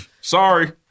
sorry